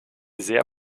sehr